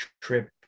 trip